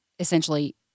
Essentially